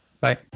Bye